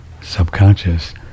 subconscious